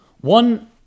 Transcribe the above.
One